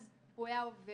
אז הוא היה עובר.